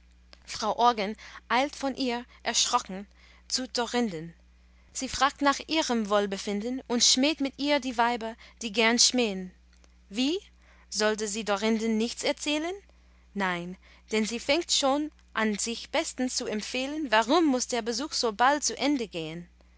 frau orgon eilt von ihr erschrocken zu dorinden sie fragt nach ihrem wohlbefinden und schmäht mit ihr die weiber die gern schmähn wie sollte sie dorinden nichts erzählen nein denn sie fängt schon an sich bestens zu empfehlen warum muß der besuch so bald zu ende gehn